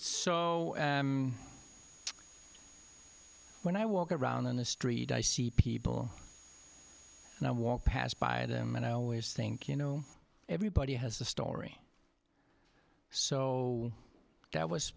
so when i walk around on the street i see people and i walk past them and i always think you know everybody has a story so that was